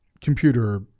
computer